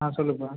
ஆ சொல்லுப்பா